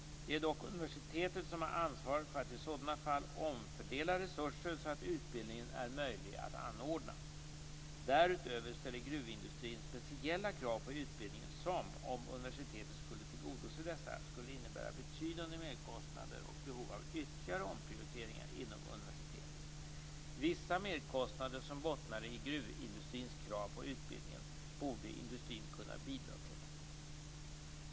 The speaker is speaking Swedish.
Det är dock universitetet som har ansvar för att i sådana fall omfördela resurser så att utbildningen är möjlig att anordna. Därutöver ställer gruvindustrin speciella krav på utbildningen som, om universitetet skulle tillgodose dessa, skulle innebära betydande merkostnader och behov av ytterligare omprioriteringar inom universitetet. Vissa merkostnader som bottnar i gruvindustrins krav på utbildningen borde industrin kunna bidra till.